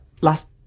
last